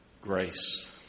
Grace